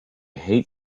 hate